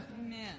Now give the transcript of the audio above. Amen